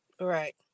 Right